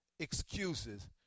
excuses